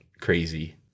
crazy